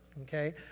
Okay